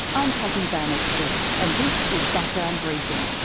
i'm cathy van extel, and this is background briefing.